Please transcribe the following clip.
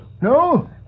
No